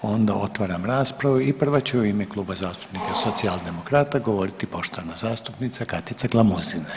Onda otvaram raspravu i prva će u ime Kluba zastupnika Socijaldemokrata govoriti poštovana zastupnica Katica Glamuzina.